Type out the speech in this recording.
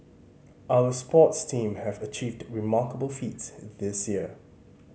our sports team have achieved remarkable feats this year